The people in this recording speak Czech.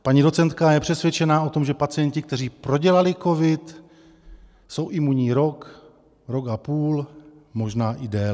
Paní docentka je přesvědčená o tom, že pacienti, kteří prodělali covid, jsou imunní rok, rok a půl, možná i déle.